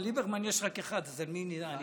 אבל ליברמן יש רק אחד, אז על מי אני אדבר.